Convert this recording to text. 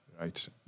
right